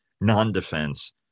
non-defense